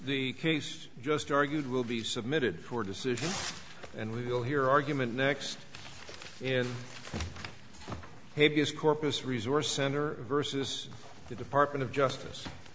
the case just argued will be submitted for decision and we'll hear argument next is his corpus resource center versus the department of justice